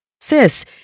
Sis